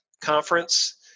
conference